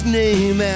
name